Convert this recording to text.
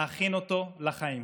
להכין אותו לחיים.